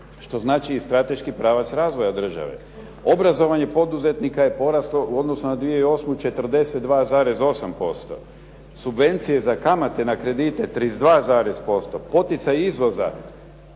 što znači i strateški pravac razvoja države. Obrazovanje poduzetnika je poraslo u odnosu na 2008. 42,8%, subvencije za kamate na kredite 32%, poticaj izvoza